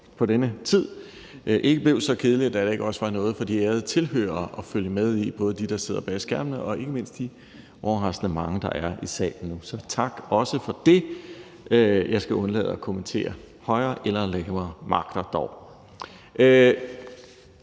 på denne tid, ikke blev så kedeligt, at der ikke også var noget for de ærede tilhørere at følge med i – både for dem, der sidder bag skærmene, og ikke mindst de overraskende mange, der er i salen nu. Så tak også for det. Jeg skal dog undlade at kommentere højere eller lavere magter.